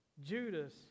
Judas